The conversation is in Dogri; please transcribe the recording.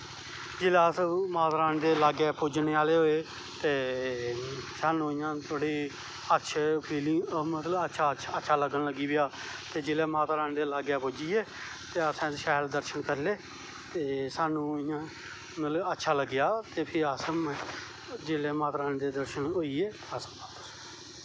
जिसलै अस माता रानी दै लाग्गै पुज्जनें आह्ले होए ते स्हानू इयां अच्छी फीलिंग मतलव अच्छा लग्गनां लगी पेआ ते जिसलै माता रानी दै लाग्गै पुज्जी गे ते असैं शैल दर्शन करी ले ते स्हानू इयां मतलव अच्छा लग्गेआ ते फिर जिसलै माता रानी दे दर्शन होई गे ते अस